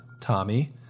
Tommy